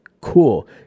cool